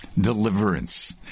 Deliverance